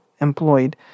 employed